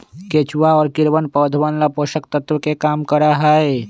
केचुआ और कीड़वन पौधवन ला पोषक तत्व के काम करा हई